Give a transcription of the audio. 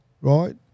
right